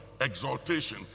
exaltation